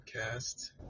podcast